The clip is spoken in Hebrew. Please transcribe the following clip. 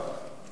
חשובה.